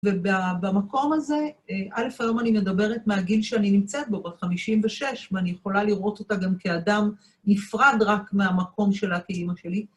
ובמקום הזה, א', היום אני מדברת מהגיל שאני נמצאת בו, בת חמישים ושש, ואני יכולה לראות אותה גם כאדם נפרד רק מהמקום שלה כאימא שלי.